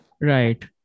right